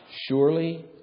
Surely